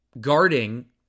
guarding